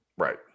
Right